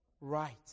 right